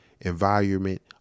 environment